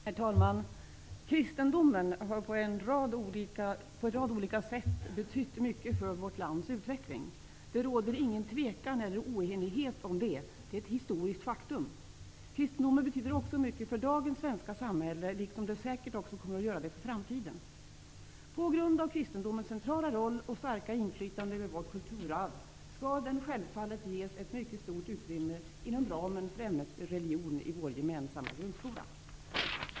Herr talman! Kristendomen har på en rad olika sätt betytt mycket för vårt lands utveckling. Det råder inget tvivel eller oenighet om det. Det är ett historiskt faktum. Kristendomen betyder också mycket för dagens svenska samhälle, liksom den säkert kommer att göra det också i framtiden. På grund av kristendomens centrala roll och starka inflytande över vårt kulturarv, skall den självfallet ges ett mycket stort utrymme inom ramen för ämnet religion i vår gemensamma grundskola.